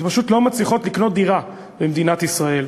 פשוט לא מצליחות לקנות דירה במדינת ישראל.